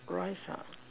rice ah